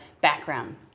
background